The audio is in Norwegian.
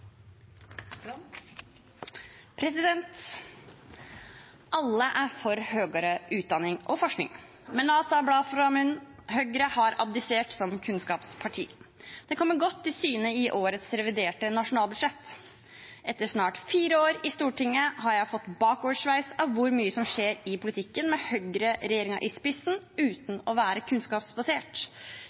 Alle er for høyere utdanning og forskning. Men la oss ta bladet fra munnen: Høyre har abdisert som kunnskapsparti. Det kommer godt til syne i årets reviderte nasjonalbudsjett. Etter snart fire år på Stortinget har jeg fått bakoversveis av hvor mye som skjer i politikken med høyreregjeringen i spissen, uten å være kunnskapsbasert.